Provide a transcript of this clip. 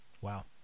Wow